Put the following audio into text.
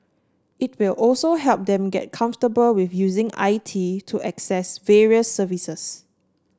it will also help them get comfortable with using I T to access various services